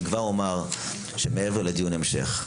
אני כבר אומר שמעבר לדיון המשך,